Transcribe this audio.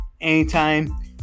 anytime